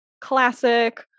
classic